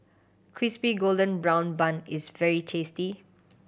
Crispy Golden Brown Bun is very tasty